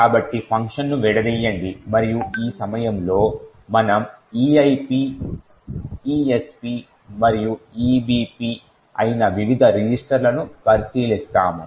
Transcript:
కాబట్టి ఫంక్షన్ను విడదీయండి మరియు ఈ సమయంలో మనము EIP ESP మరియు EBP అయిన వివిధ రిజిస్టర్లను పరిశీలిస్తాము